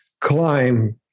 climb